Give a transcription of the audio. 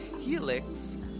helix